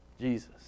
Jesus